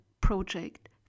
project